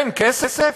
אין כסף?